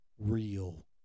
Real